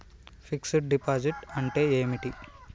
Fix డ్ deposit అంటే ఏమిటి?